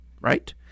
right